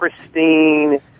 pristine